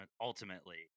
ultimately